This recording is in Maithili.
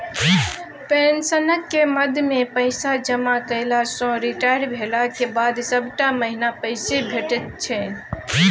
पेंशनक मदमे पैसा जमा कएला सँ रिटायर भेलाक बाद सभटा महीना पैसे भेटैत छै